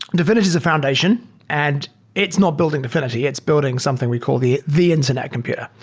dfinity is a foundation and it's not building dfinity. it's building something we call the the internet computer.